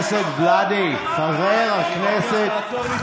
אדוני היושב-ראש, אף אחד לא ישתוק.